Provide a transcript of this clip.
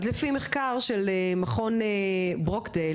אז לפי מחקר של מכון ברוקדייל,